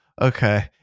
okay